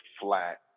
flat